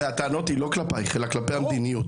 הרי הטענות הן לא כלפייך אלא כלפי המדיניות.